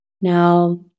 now